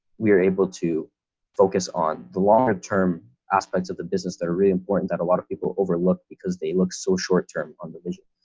we're able to focus on the longer term aspects of the business that are really important that a lot of people overlook because they look so short term on the vision.